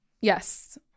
yes